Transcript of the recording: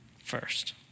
first